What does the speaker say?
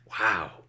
Wow